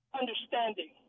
understanding